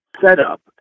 setup